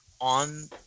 on